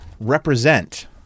represent